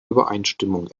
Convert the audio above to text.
übereinstimmung